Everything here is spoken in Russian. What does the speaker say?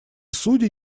судей